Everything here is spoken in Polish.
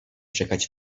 czekać